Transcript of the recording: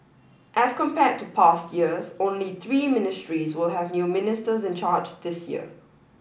as compared to past years only three ministries will have new ministers in charge this year